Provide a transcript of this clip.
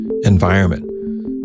environment